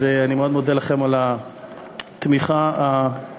אז אני מאוד מודה לכם על התמיכה המובטחת.